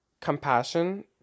compassion